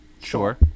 Sure